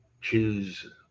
choose